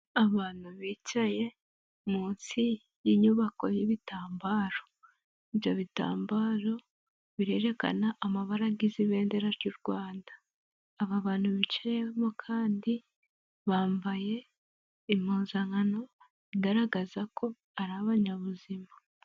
Abantu bicaye munsi y'inyubako y'ibitambaro, ibyo bitambaro birerekana amabara agize ibendera ry' u Rwanda. Aba bantu bicayemo kandi bambaye impuzankano igaragaza ko ari abanyabuzima.